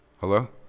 Hello